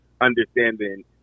understanding